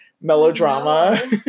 melodrama